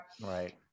right